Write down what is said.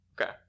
Okay